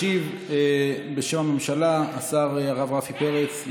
ישיב, בשם הממשלה, השר הרב רפי פרץ.